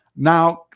Now